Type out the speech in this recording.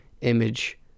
image